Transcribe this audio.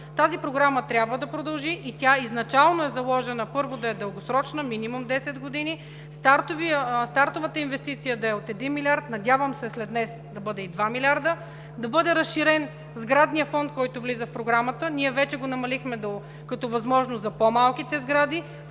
Тази Програма трябва да продължи и тя изначално е заложена – първо, да е дългосрочна, минимум 10 години. Стартовата инвестиция да е от един милиард. Надявам се след днес да бъде и два милиарда, да бъде разширен сградният фонд, който влиза в Програмата. Ние вече го намалихме като възможност за по-малките сгради,